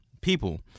people